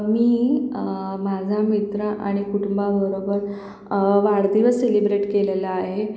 मी माझा मित्र आणि कुटुंबाबरोबर वाढदिवस सेलिब्रेट केलेला आहे